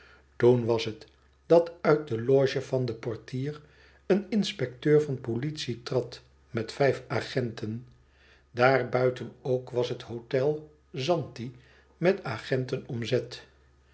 toen was het dat uit de loge van den portier een inspecteur van politie trad met vijf agenten daar buiten ook was het hôtel zanti met agenten omzet